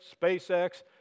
SpaceX